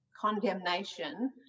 condemnation